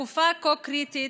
בתקופה כה קריטית,